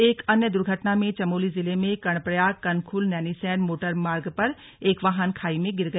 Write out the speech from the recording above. एक अन्य दुर्घटना में चमोली जिले में कर्णप्रयाग कनखुल नैनीसैण मोटरमार्ग पर एक वाहन खाई में गिर गया